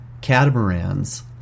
catamarans